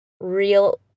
real